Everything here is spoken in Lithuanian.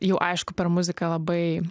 jau aišku per muziką labai